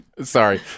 Sorry